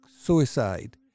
suicide